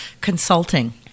consulting